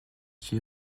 huit